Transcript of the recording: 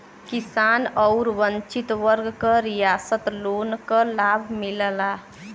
किसान आउर वंचित वर्ग क रियायत लोन क लाभ मिलला